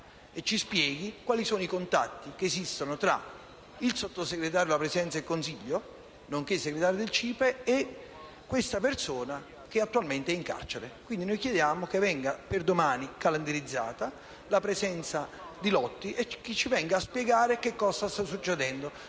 e ci spieghi quali contatti esistono tra il Sottosegretario alla Presidenza del Consiglio, nonché segretario del CIPE, e questa persona che attualmente è in carcere. Quindi noi chiediamo che venga, per domani, calendarizzata la presenza in Aula del Sottosegretario, perché venga a spiegarci cosa sta succedendo.